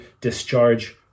Discharge